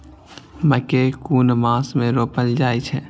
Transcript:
मकेय कुन मास में रोपल जाय छै?